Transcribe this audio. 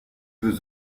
veut